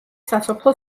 სასოფლო